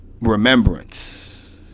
Remembrance